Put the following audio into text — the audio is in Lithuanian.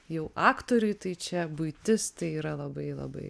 jau aktoriui tai čia buitis tai yra labai labai